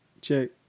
check